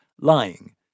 lying